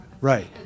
right